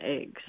eggs